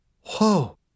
Whoa